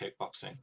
kickboxing